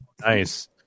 Nice